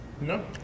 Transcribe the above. No